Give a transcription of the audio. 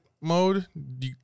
mode